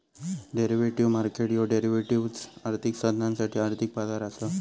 derivative market ह्यो derivatives, आर्थिक साधनांसाठी आर्थिक बाजार असा